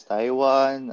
Taiwan